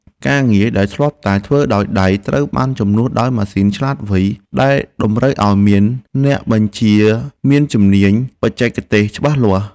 ការងារដែលធ្លាប់តែធ្វើដោយដៃត្រូវបានជំនួសដោយម៉ាស៊ីនឆ្លាតវៃដែលតម្រូវឱ្យមានអ្នកបញ្ជាមានជំនាញបច្ចេកទេសច្បាស់លាស់។